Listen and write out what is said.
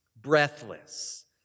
breathless